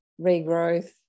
regrowth